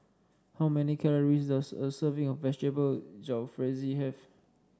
how many calories does a serving of Vegetable Jalfrezi have